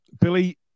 Billy